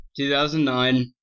2009